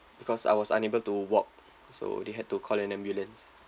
because I was unable to walk so they had to call an ambulance